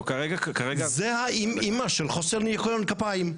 זו האימא של חוסר ניקיון כפיים.